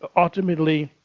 ultimately,